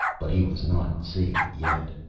but he was not safe yet.